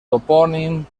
topònim